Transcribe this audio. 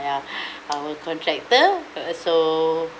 ya our contractor uh so